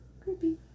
Creepy